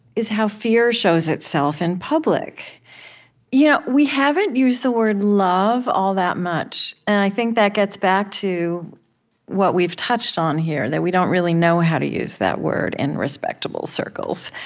is how fear shows itself in public you know we haven't used the word love all that much. and i think that gets back to what we've touched on here, that we don't really know how to use that word in respectable circles.